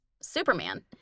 superman